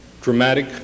dramatic